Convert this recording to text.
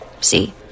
See